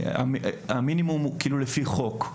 המדינה, המינימום הוא לפי חוק.